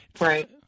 Right